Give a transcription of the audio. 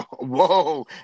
Whoa